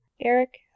Eric